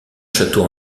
château